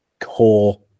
core